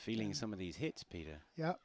feeling some of these hits peta yeah